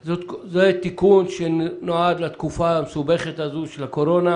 זה תיקון שנועד לתקופה המסובכת הזאת של הקורונה